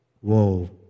whoa